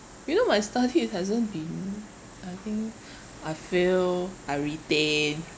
you know my study it hasn't been I think I fail I retain